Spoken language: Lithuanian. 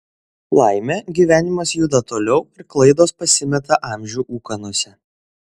laimė gyvenimas juda toliau ir klaidos pasimeta amžių ūkanose